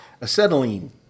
Acetylene